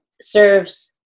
serves